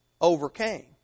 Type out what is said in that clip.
overcame